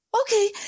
okay